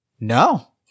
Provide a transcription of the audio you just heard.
No